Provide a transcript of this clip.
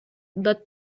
but